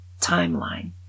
timeline